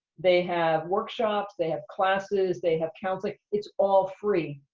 they have workshops. they have classes. they have counseling. it's all free,